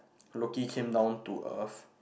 Loki came down to earth